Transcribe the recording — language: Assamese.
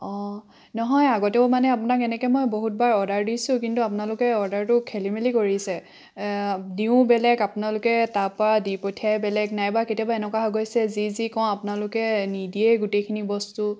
অঁ নহয় আগতেও মানে আপোনাক এনেকৈ মই বহুতবাৰ অৰ্ডাৰ দিছোঁ কিন্তু আপোনালোকে অৰ্ডাৰটো খেলিমেলি কৰিছে দিওঁ বেলেগ আপোনালোকে তাপা দি পঠিয়াই বেলেগ নাইবা কেতিয়াবা এনেকুৱা হৈ গৈছে যি যি কওঁ আপোনালোকে নিদিয়েই গোটেইখিনি বস্তু